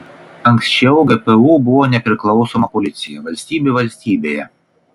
anksčiau gpu buvo nepriklausoma policija valstybė valstybėje